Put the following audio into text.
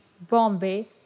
Bombay